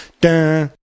dun